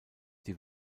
die